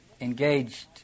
engaged